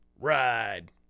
ride